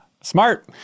smart